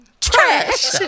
Trash